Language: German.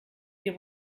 ihr